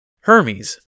Hermes